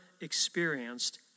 experienced